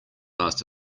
last